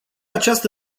această